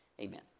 Amen